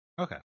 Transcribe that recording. Okay